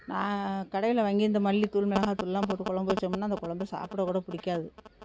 நான் கடையில் வாங்கி இந்த மல்லித் தூள் மிளகாய் தூள்லாம் போட்டு கொழம்பு வெச்சோமுனா அந்த கொழம்பு சாப்பிட கூட பிடிக்காது